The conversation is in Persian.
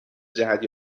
جهت